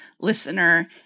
listener